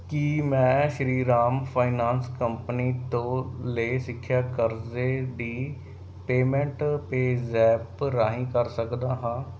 ਕੀ ਮੈਂ Shri Ram finance company ਤੋਂ ਲਏ ਸਿੱਖਿਆ ਕਰਜ਼ੇ ਦੀ ਪੇਮੈਂਟ ਪੇਜ਼ੈਪ ਰਾਹੀਂ ਕਰ ਸਕਦਾ ਹਾਂ